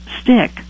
stick